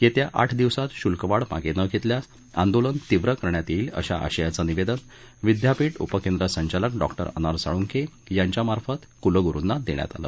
येत्या आठ दिवसांत शुल्कवाढ मागे न घेतल्यास आंदोलन तीव्र करण्यात येईल अशा आशयाचं निवेदन विद्यापीठ उपकेंद्र संचालक डॉक्टर अनार साळुंके यांच्यामार्फत कुलगुरुंना देण्यात आलं